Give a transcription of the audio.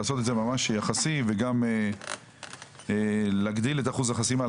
לעשות את זה יחסי וגם להגדיל את אחוז החסימה.